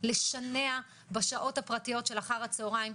גם לשנע בשעות הפרטיות של אחר הצוהריים,